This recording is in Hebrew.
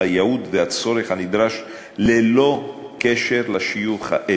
בהתאם לייעוד והצורך הנדרש ללא קשר לשיוך האתני.